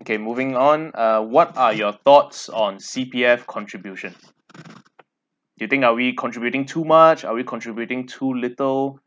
okay moving on uh what are your thoughts on C_P_F contribution do you think are we contributing too much are we contributing too little